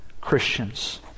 Christians